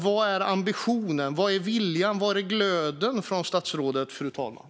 Vad är ambitionen och viljan, och var är glöden från statsrådet, fru talman?